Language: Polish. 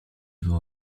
jego